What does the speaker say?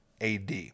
AD